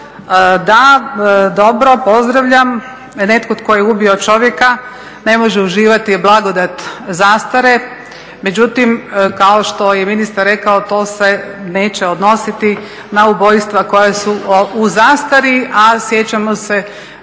da, dobro, pozdravljam. Netko tko je ubio čovjeka ne može uživati blagodat zastare. Međutim, kao što je i ministar rekao to se neće odnositi na ubojstva koja su u zastari, a sjećamo se